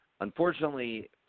Unfortunately